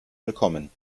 willkommen